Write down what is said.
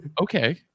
Okay